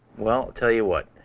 well, i'll tell you what,